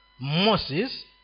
Moses